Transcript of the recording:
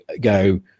go